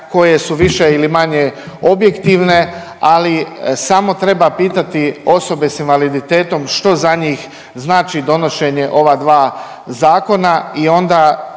koje su više ili manje objektivne, ali samo treba pitati osobe s invaliditetom što za njih znači donošenja ova dva zakona i onda